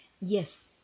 Yes